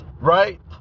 right